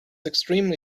extremely